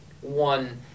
one